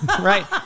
right